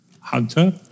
hunter